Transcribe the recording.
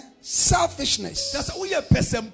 selfishness